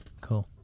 cool